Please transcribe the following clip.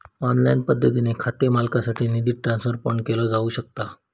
online पद्धतीने खाते मालकासाठी निधी ट्रान्सफर पण केलो जाऊ शकता